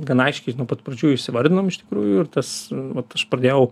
gan aiškiai nuo pat pradžių įsivardinom iš tikrųjų ir tas vat aš pradėjau